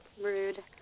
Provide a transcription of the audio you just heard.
Rude